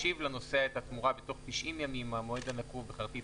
ישיב לנוסע את התמורה בתוך 90 ימים מהמועד הנקוב בכרטיס